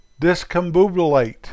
Discombobulate